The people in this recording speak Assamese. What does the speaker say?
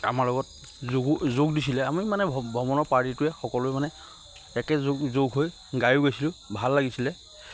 আমাৰ লগত যোগো যোগ দিছিলে আমি মানে ভ্ৰমণৰ পাৰ্টিটোৱে সকলোৱে মানে একে যোগ যোগ হৈ গায়ো গৈছিলোঁ ভাল লাগিছিলে